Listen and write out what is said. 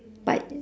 but